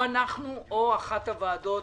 או אנחנו או אחת הוועדות